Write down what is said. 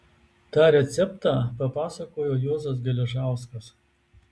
tą receptą papasakojo juozas geležauskas